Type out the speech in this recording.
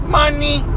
money